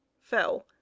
fell